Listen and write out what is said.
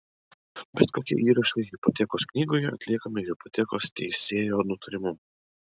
bet kokie įrašai hipotekos knygoje atliekami hipotekos teisėjo nutarimu